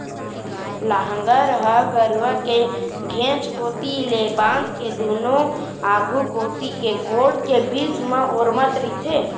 लांहगर ह गरूवा के घेंच कोती ले बांध के दूनों आघू कोती के गोड़ के बीच म ओरमत रहिथे